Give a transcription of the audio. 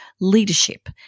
Leadership